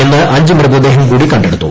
ഇന്ന് അഞ്ച് മൃതദ്ദേഹം കൂടി കണ്ടെടുത്തു